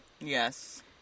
Yes